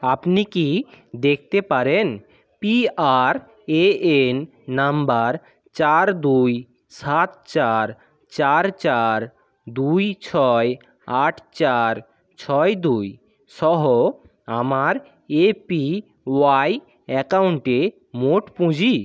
আপনি কি দেখতে পারেন পিআরএন নাম্বার চার দুই সাত চার চার চার দুই ছয় আট চার ছয় দুই সহ আমার এপিওয়াই অ্যাকাউন্টে মোট পুঁজি